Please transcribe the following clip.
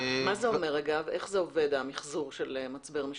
איך עובד המחזור של מצבר משומש?